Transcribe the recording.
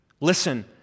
Listen